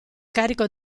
carico